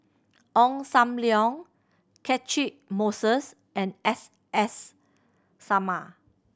Ong Sam Leong Catchick Moses and S S Sarma